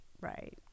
Right